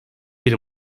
bir